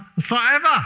forever